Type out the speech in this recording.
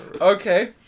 Okay